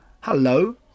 hello